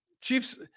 Chiefs